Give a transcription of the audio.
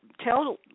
tell